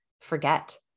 forget